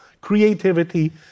creativity